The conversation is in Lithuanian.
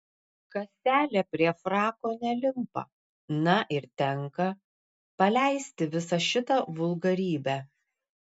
kaselė prie frako nelimpa na ir tenka paleisti visą šitą vulgarybę